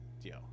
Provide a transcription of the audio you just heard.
yo